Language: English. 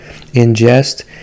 ingest